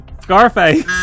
Scarface